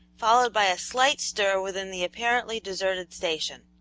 followed by a slight stir within the apparently deserted station.